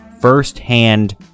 firsthand